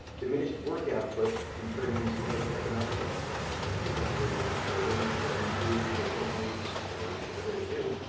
diminished work output, in turn, means diminished economic output. and for people who were working for a living, growing food for their families, or whatever they do,